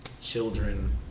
children